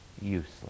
useless